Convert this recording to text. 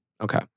Okay